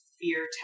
fear